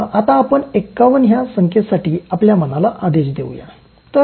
आता आपणा ५१ या संख्येसाठी आपल्या मनाला आदेश देवूयात